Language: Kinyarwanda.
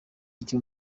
icyo